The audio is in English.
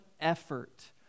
effort